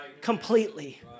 completely